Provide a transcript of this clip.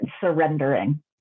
surrendering